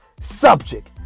subject